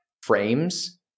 frames